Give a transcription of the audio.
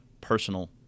personal